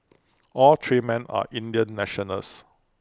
all three men are Indian nationals